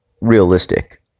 realistic